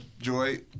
Joy